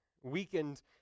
weakened